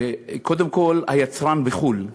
קודם כול היצרן בחו"ל,